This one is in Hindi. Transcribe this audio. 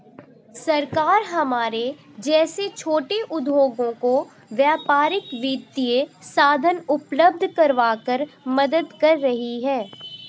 सरकार हमारे जैसे छोटे उद्योगों को व्यापारिक वित्तीय साधन उपल्ब्ध करवाकर मदद कर रही है